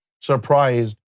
surprised